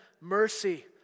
mercy